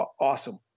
awesome